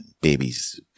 Babies